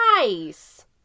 Nice